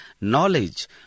knowledge